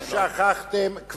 שכחתם, לא מייצג, לא, אל תענה לו.